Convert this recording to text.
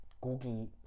google